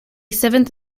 seventh